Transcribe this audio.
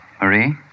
Marie